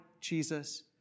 Jesus